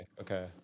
Okay